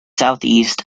southeast